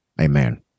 amen